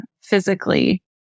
physically